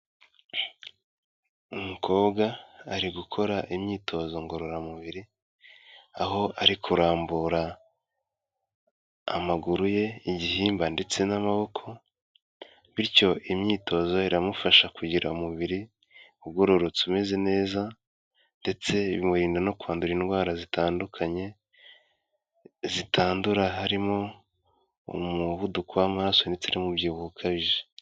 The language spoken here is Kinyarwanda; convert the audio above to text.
Umukobwa ari gukora imyitozo ngororamubiri aho ari kurambura amaguru ye, igihimba ndetse n'amaboko bityo imyitozo iramufasha kugira umubiri ugororotse umeze neza ndetse bimurinda no kwandura indwara zitandukanye zitandura, harimo Umuvuduko w'amaraso ndetse n'Umubyibuho ukabije.